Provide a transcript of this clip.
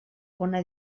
bona